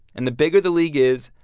and the bigger the league is,